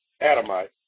adamite